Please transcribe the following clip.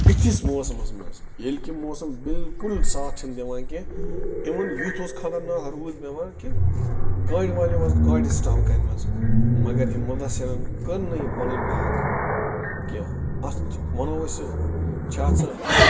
یِتھِس موسٕمس منٛز ییٚلہِ کہِ موسم بلکُل ساتھ چھُ نہٕ دِوان کیٛنہہ اِوٕن یُتھ اوس خطرناک روٗد پیٚوان کہِ گاڑِ والو آسہِ گاڑِ سِٹام کرِمژٕ مگر أمۍ مُدثِرن کٔر نہٕ یہِ پنٕنۍ بایِک کیٚنٛہہ اتھ ونو أسۍ چھِ ہسا اتھ